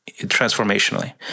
transformationally